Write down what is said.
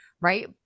Right